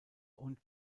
und